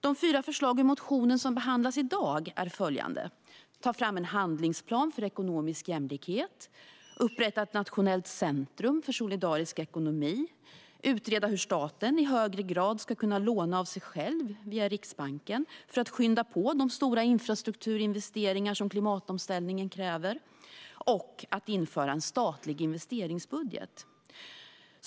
De fyra förslag ur motionen som behandlas i dag är följande: Ta fram en handlingsplan för ekonomisk jämlikhet, upprätta ett nationellt centrum för solidarisk ekonomi, utreda hur staten i högre grad ska kunna låna av sig själv via Riksbanken för att skynda på de stora infrastrukturinvesteringar som klimatomställningen kräver samt införa en statlig investeringsbudget.